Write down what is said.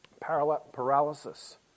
paralysis